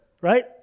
right